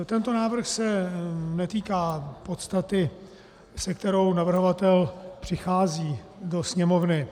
Tento návrh se netýká podstaty, s kterou navrhovatel přichází do Sněmovny.